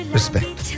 respect